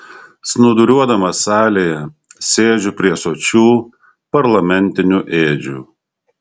snūduriuodamas salėje sėdžiu prie sočių parlamentinių ėdžių